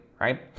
right